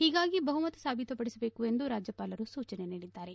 ಹೀಗಾಗಿ ಬಹುಮತ ಸಾಬೀತುಪಡಿಸಬೇಕು ಎಂದು ರಾಜ್ಯಪಾಲರು ಸೂಚನೆ ನೀಡಿದ್ದಾರೆ